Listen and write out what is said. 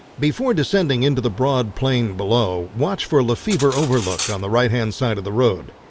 before descending into the broad plain below, watch for le fevre overlook on the right-hand side of the road.